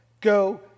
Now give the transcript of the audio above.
go